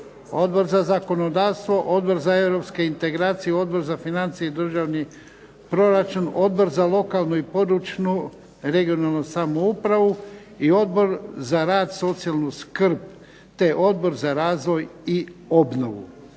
Odbor za zakonodavstvo, Odbor za europske integracije, Odbor za financije i državni proračun, Odbor za lokalnu i područnu (regionalnu) samoupravu i Odbor za rad, socijalnu skrb te Odbor za razvoj i obnovu.